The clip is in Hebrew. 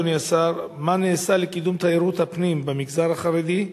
אדוני השר: מה נעשה לקידום תיירות הפנים במגזר החרדי,